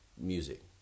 music